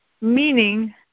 Meaning